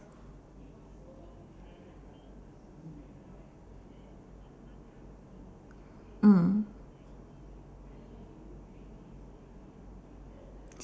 mm